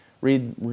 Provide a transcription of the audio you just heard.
read